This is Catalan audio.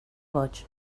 boig